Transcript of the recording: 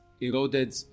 eroded